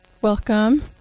Welcome